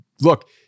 Look